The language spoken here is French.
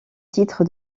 titre